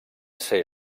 ser